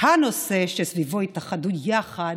הנושא שסביבו התאחדו יחד,